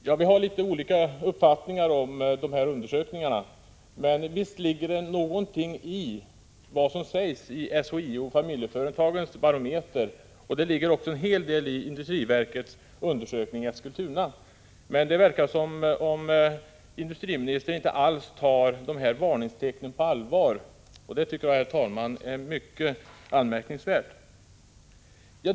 Herr talman! Vi har olika uppfattningar om undersökningarna, men visst ligger det någonting i vad som sägs i SHIO-Familjeföretagens barometer, och det ligger också en hel del i industriverkets undersökning i Eskilstuna. Men det verkar som om industriministern inte alls tar dessa varningstecken på allvar. Det är mycket anmärkningsvärt, herr talman.